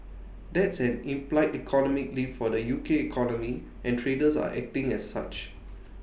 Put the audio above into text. that's an implied economic lift for the U K economy and traders are acting as such